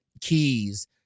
Keys